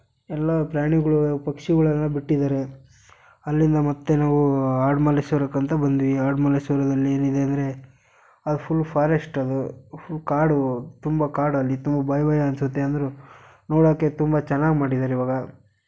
ಎಲ್ಲ ಪ್ರಾಣಿಗಳು ಪಕ್ಷಿಗಳೆಲ್ಲ ಬಿಟ್ಟಿದ್ದಾರೆ ಅಲ್ಲಿಂದ ಮತ್ತು ನಾವು ಆಡು ಮಲ್ಲೇಶ್ವರಕ್ಕೆ ಅಂತ ಬಂದ್ವಿ ಆಡು ಮಲ್ಲೇಶ್ವರದಲ್ಲಿ ಏನಿದೆ ಅಂದರೆ ಅಲ್ಲಿ ಫುಲ್ ಫಾರೆಸ್ಟ್ ಅದು ಫುಲ್ ಕಾಡು ತುಂಬ ಕಾಡಲ್ಲಿತ್ತು ಭಯ ಭಯ ಅನ್ನಿಸುತ್ತೆ ಅಂದ್ರೂ ನೋಡೋಕ್ಕೆ ತುಂಬ ಚೆನ್ನಾಗಿ ಮಾಡಿದಾರೆ ಇವಾಗ